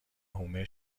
حومه